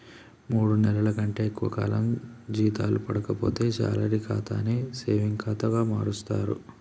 మూడు నెలల కంటే ఎక్కువ కాలం జీతాలు పడక పోతే శాలరీ ఖాతాని సేవింగ్ ఖాతా మారుస్తరు